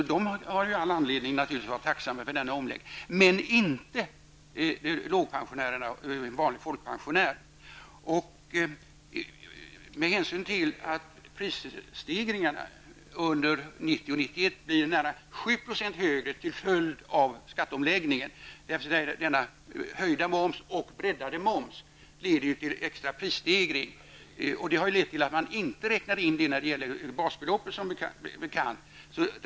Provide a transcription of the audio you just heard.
De har all anledning att vara tacksamma för denna omläggning. Det gäller inte lågpensionärerna och en vanlig folkpensionär. Prishöjningarna under 1990 och 1991 blir 7 % högre till följd av skatteomläggningen. Dessutom leder den höjda och breddade momsen till extra prisstegringar. Detta räknade man som bekant inte in när det gäller basbeloppet.